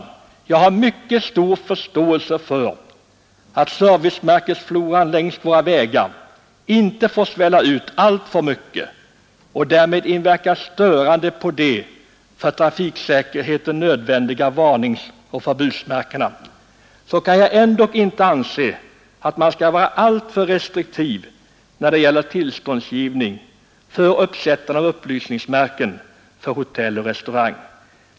Även om jag har mycket stor förståelse för att servicemärkesfloran längs våra vägar inte får svälla ut alltför mycket och därmed inverka störande på de för trafiksäkerheten nödvändiga varningsoch förbudsmärkena, kan jag ändock inte anse att man skall vara alltför restriktiv när det gäller tillståndsgivning för uppsättande av upplysningsmärken för hotell och restaurang.